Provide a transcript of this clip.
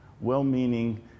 well-meaning